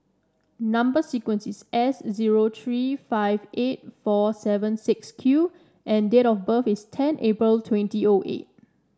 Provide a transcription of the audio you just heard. number sequence is S zero three five eight four seven six Q and date of birth is ten April twenty O eight